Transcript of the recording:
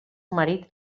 marit